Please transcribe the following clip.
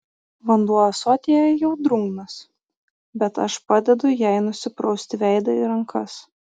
vanduo ąsotyje jau drungnas bet aš padedu jai nusiprausti veidą ir rankas